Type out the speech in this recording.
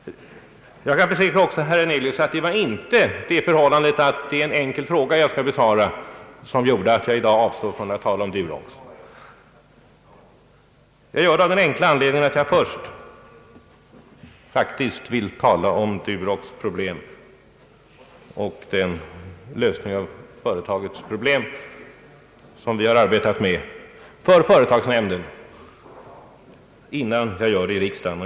Jag kan försäkra herr Hernelius att det inte är det förhållandet att det är en enkel fråga som jag skall besvara som gjort att jag i dag avstår från att tala om Durox. Jag gör det av den enkla anledningen att jag först faktiskt vill tala om lösningen av företagets problem, vilka vi länge har arbetat med, inför företagsnämnden, innan jag gör det i riksdagen.